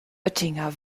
oettinger